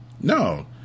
no